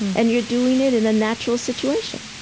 and you're doing it in a natural situation